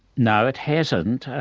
no, it hasn't.